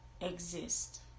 exist